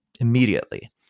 immediately